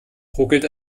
ruckelt